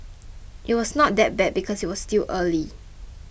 it was not that bad because it was still early